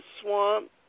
swamp